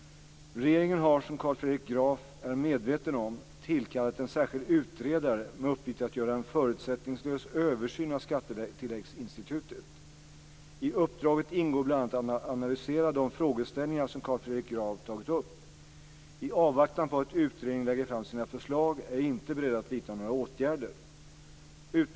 Regeringen har, som Carl Fredrik Graf är medveten om, tillkallat en särskild utredare med uppgift att göra en förutsättningslös översyn av skattetilläggsinstitutet. I uppdraget ingår bl.a. att analysera de frågeställningar som Carl Fredrik Graf tar upp. I avvaktan på att utredningen lägger fram sina förslag är jag inte beredd att vidta några åtgärder.